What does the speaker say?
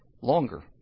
longer